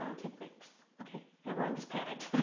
ah take breaks. okay? everyone just panicked.